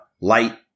light